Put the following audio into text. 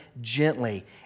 gently